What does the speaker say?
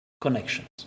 connections